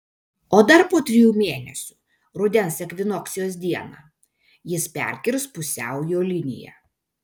o dar po trijų mėnesių rudens ekvinokcijos dieną jis perkirs pusiaujo liniją